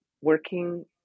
Working